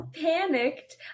panicked